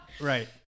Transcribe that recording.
Right